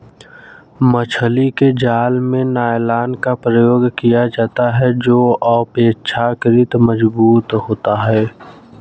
मछली के जाल में नायलॉन का प्रयोग किया जाता है जो अपेक्षाकृत मजबूत होती है